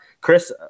Chris